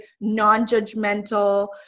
non-judgmental